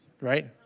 Right